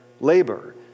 labor